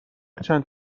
چند